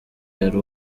yari